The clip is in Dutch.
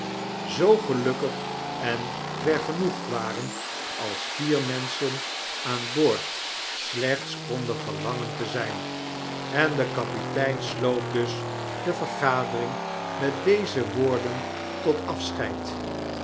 zoo gelukkig en vergenoegd waren als vier menschen aan boord slechts konden verlangen te zyn en de kapitein sloot dus de vergadering met deze woorden tot afscheid